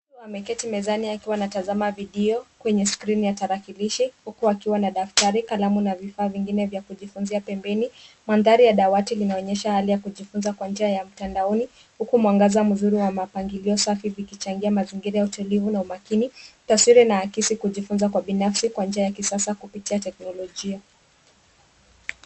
Ameketi mezani akiwa anatazama video kwenye skrini ya tarakilishi huku akiwa na daftari, kalamu na vifaa vingine vya kujifunzia pembeni. Mandhari ya dawati linaonyesha hali ya kujifunza kwa njia ya mtandaoni, huku mwangaza mzuri na mapangilio safi vikichangia mazingira ya utulivu na umakini. Taswira inaakisi kujifunza kwa binafsi kwa njia ya kisasa kupitia teknolojia.